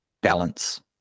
balance